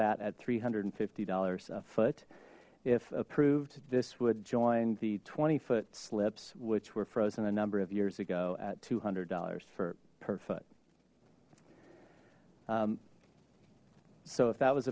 that at three hundred and fifty dollars a foot if approved this would join the twenty foot slips which were frozen a number of years ago at two hundred dollars for per foot so if that was